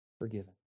forgiven